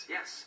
Yes